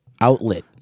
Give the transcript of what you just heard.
outlet